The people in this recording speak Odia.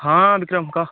ହଁ ବିକ୍ରମ୍ କୁହ